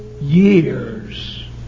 years